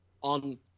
on